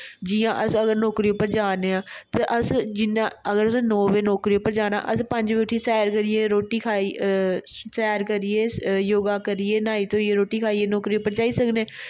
जि'यां अस अगर नौकरी पर जा'रने आं ते अगर अस नौ बजे नोकरी पर जाना असें पंज बजे उट्ठियै सैर करियै रोटी खआइयै सैर करैये योगा करियै न्हाई धोइयै रोटी खाइयै नौकरी पर जाई सकने आं